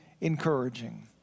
encouraging